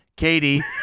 Katie